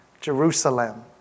Jerusalem